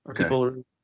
Okay